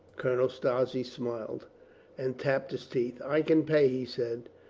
colonel strozzi smiled and tapped his teeth. i can pay, he said.